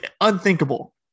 unthinkable